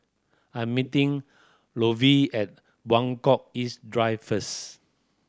I'm meeting Lovey at Buangkok East Drive first